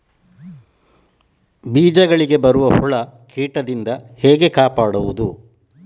ಬೀಜಗಳಿಗೆ ಬರುವ ಹುಳ, ಕೀಟದಿಂದ ಹೇಗೆ ಕಾಪಾಡುವುದು?